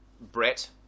Brett